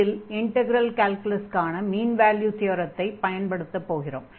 இதில் இன்டக்ரல் கால்குலஸுக்கான mean value தியரத்தை பயன்படுத்தப் போகிறோம்